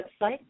website